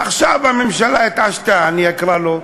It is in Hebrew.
עכשיו הממשלה התעשתה, אני אקרא לו: